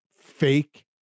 fake